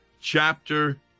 chapter